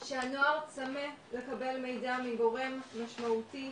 שהנוער צמא לקבל מידע מגורם משמעותי,